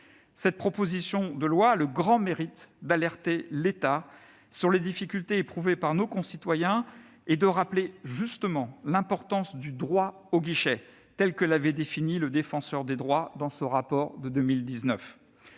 Cette proposition de loi a le grand mérite d'alerter l'État sur les difficultés éprouvées par nos concitoyens et de rappeler justement l'importance du droit au guichet, tel que l'avait défini le Défenseur des droits dans son rapport de 2019.